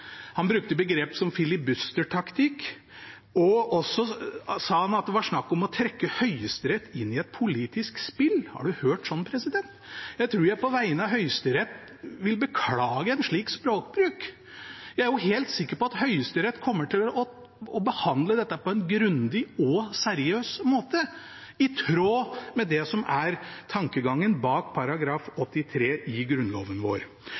Han brukte begrep som «filibustertaktikken», og han sa også at det var snakk om å trekke Høyesterett inn i et politisk spill. Har du hørt sånt, president? Jeg tror jeg på vegne av Høyesterett vil beklage en slik språkbruk. Jeg er helt sikker på at Høyesterett kommer til å behandle dette på en grundig og seriøs måte, i tråd med det som er tankegangen bak § 83 i Grunnloven vår.